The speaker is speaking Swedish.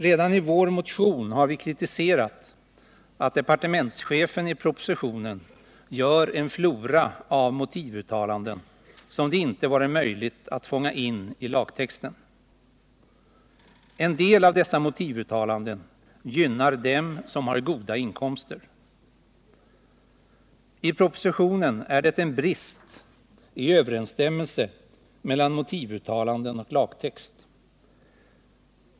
Redan i vår motion har vi kritiserat att departementschefen i propositionen gör en flora av motivuttalanden som det inte varit möjligt att fånga in i lagtexten. En del av dessa motivuttalanden gynnar dem som har goda inkomster. I propositionen är det en brist i överensstämmelse mellan motivuttalanden och lagtext.